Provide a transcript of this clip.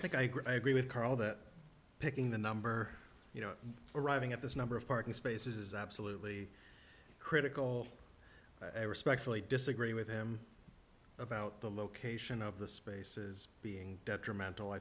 think i agree with carl that picking the number you know arriving at this number of parking spaces is absolutely critical i respectfully disagree with him about the location of the spaces being detrimental i